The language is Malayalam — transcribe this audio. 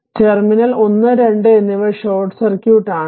ടെർമിനൽ 1 2 എന്നിവ ഷോർട്ട് സർക്യൂട്ട് ആണ്